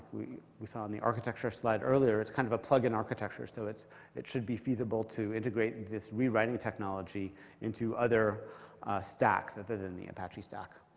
we we saw in the architecture slide earlier, it's kind of a plug-in architecture. so it should be feasible to integrate this rewriting technology into other stacks other than the apache stack.